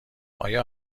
آیا